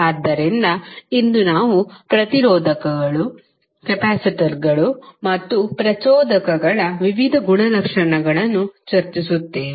ಆದ್ದರಿಂದ ಇಂದು ನಾವು ಪ್ರತಿರೋಧಕಗಳು ಕೆಪಾಸಿಟರ್ಗಳು ಮತ್ತು ಪ್ರಚೋದಕಗಳ ವಿವಿಧ ಗುಣಲಕ್ಷಣಗಳನ್ನು ಚರ್ಚಿಸುತ್ತೇವೆ